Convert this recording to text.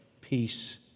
peace